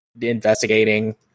investigating